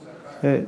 ספָק.